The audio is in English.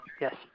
Yes